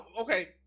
okay